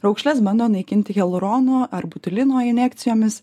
raukšles bando naikinti hialuronu ar botulino injekcijomis